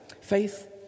Faith